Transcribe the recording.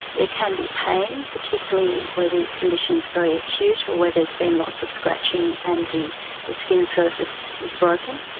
can be pain, particularly where the condition is very acute or where there has been lots of scratching and the the skin surface is broken.